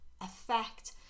effect